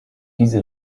diese